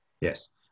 Yes